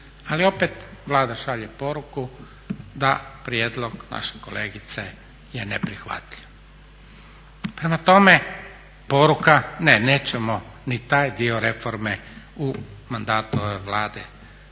Ali opet Vlada šalje poruku da prijedlog vaše kolegice je neprihvatljiv. Prema tome, poruka ne nećemo ni taj dio reforme u mandatu ove Vlade načiniti